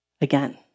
again